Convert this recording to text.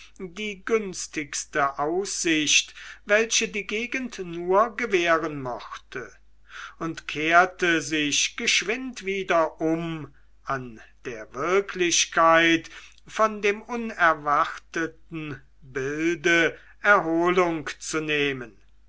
die günstigste aussicht welche die gegend nur gewähren mochte und kehrte sich geschwind wieder um an der wirklichkeit von dem unerwarteten bilde erholung zu nehmen